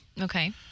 Okay